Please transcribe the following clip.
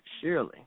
surely